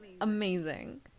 amazing